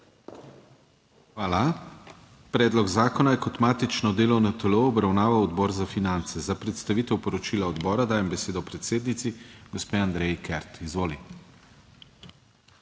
Hvala. Predlog zakona je kot matično delovno telo obravnaval Odbor za finance. Za predstavitev poročila odbora dajem besedo predsednici gospe Andreji Kert. Izvoli.